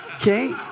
Okay